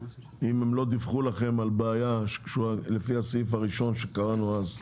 אם הם לא דיווחו לכם על בעיה לפי הסעיף הראשון שקראנו אז,